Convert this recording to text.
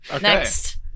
next